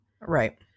Right